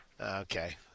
okay